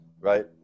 right